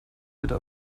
bitte